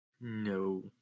No